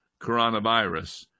coronavirus